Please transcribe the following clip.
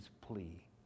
plea